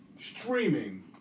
streaming